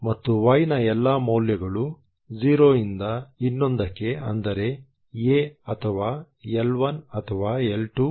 ಮತ್ತು y ನ ಎಲ್ಲಾ ಮೌಲ್ಯಗಳು 0 ಇಂದ ಇನ್ನೊಂದ̧̧ಕ್ಕೆ ಅಂದರೆ a ಅಥವಾ L1 ಅಥವಾ L2